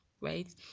right